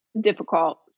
difficult